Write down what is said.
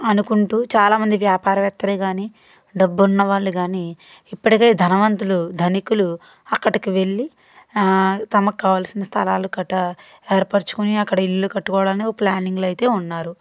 అనుకుంటూ చాలామంది వ్యాపారవేత్తలు కానీ డబ్బున్న వాళ్ళు కానీ ఇప్పటికే ధనవంతులు ధనికులు అక్కటికి వెళ్ళి తమకు కావలసిన స్థలాలు కట ఏర్పరచుకొని అక్కడ ఇల్లులు కట్టుకోవడాలు ఒక ప్లానింగ్లో అయితే ఉన్నారు